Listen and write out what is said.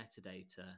metadata